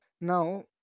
Now